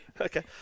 Okay